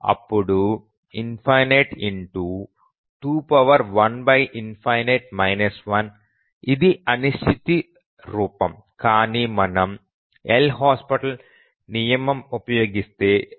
అప్పుడు ∞ ఇది అనిశ్చిత రూపం కాని మనము L'Hospital నియమం ఉపయోగిస్తే అది 0